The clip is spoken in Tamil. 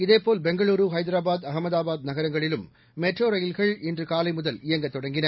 இதேபோல் பெங்களூரு ஹைதராபாத் அகமதாபாத் நகரங்களிலும் மெட்ரோ ரயில்கள் இன்று காலை முதல் இயங்கத் தொடங்கின